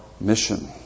mission